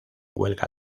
huelga